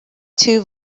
two